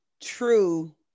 true